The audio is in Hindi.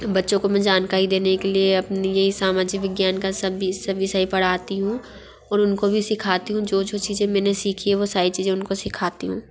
बच्चों को मैं जानकारी देने के लिए अपनी ये सामाजिक विज्ञान का सभी सब विषय पढ़ाती हूँ और उनको भी सिखाती हूँ जो जो चीज़ें मैंने सीखी है वो सारी चीज़ें उनको सिखाती हूँ